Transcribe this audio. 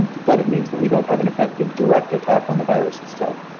and but it means that we don't have an effective direct attack on the virus itself.